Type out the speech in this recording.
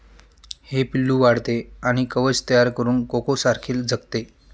हे पिल्लू वाढते आणि कवच तयार करून कोकोसारखे जगते